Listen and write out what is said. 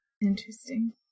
interesting